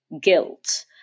guilt